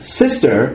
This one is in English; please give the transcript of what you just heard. sister